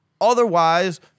otherwise